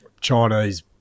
Chinese